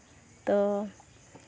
ᱛᱳ